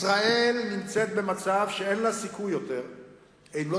ישראל נמצאת במצב שאין לה סיכוי יותר אם לא